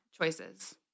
choices